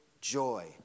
joy